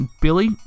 Billy